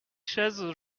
chaises